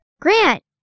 Grant